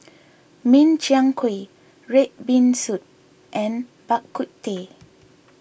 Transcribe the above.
Min Chiang Kueh Red Bean Soup and Bak Kut Teh